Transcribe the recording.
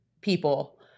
people